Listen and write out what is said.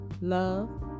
love